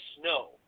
Snow